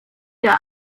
der